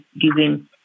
giving